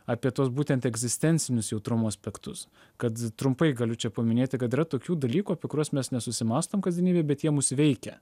apie tuos būtent egzistencinius jautrumo aspektus kad trumpai galiu čia paminėti kad yra tokių dalykų apie kuriuos mes nesusimąstom kasdienybėj bet jie mus veikia